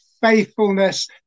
faithfulness